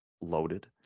loaded